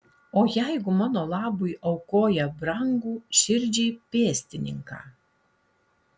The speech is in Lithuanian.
o jeigu mano labui aukoja brangų širdžiai pėstininką